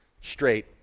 straight